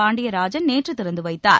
பாண்டியராஜன் நேற்று திறந்து வைத்தார்